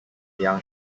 young